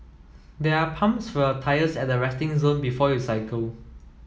there are pumps for your tyres at the resting zone before you cycle